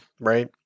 right